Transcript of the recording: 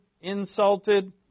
insulted